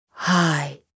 Hi